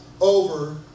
over